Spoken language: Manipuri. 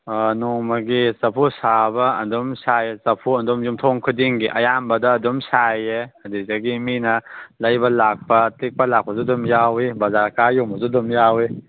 ꯅꯣꯡꯃꯒꯤ ꯆꯐꯨ ꯁꯥꯕ ꯑꯗꯨꯝ ꯁꯥꯏ ꯆꯐꯨ ꯑꯗꯨꯝ ꯌꯨꯝꯊꯣꯡ ꯈꯨꯗꯤꯡꯒꯤ ꯑꯌꯥꯝꯕꯗ ꯑꯗꯨꯝ ꯁꯥꯏꯌꯦ ꯑꯗꯨꯗꯒꯤ ꯃꯤꯅ ꯂꯩꯕ ꯂꯥꯛꯄ ꯇꯤꯛꯄ ꯂꯥꯛꯄꯁꯨ ꯑꯗꯨꯝ ꯌꯥꯎꯋꯤ ꯕꯖꯥꯔ ꯀꯥꯔ ꯌꯣꯟꯕꯁꯨ ꯑꯗꯨꯝ ꯌꯥꯎꯋꯤ